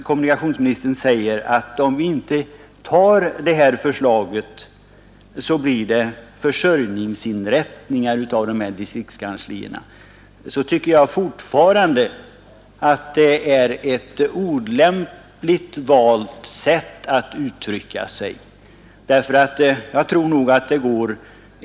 Kommunikationsministern säger att det blir försörjningsinrättningar av distriktskanslierna, om vi inte tar det framlagda förslaget. Jag tycker fortfarande att det är ett olämpligt valt sätt att uttrycka sig.